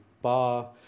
bar